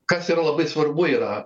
kas yra labai svarbu yra